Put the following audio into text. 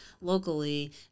locally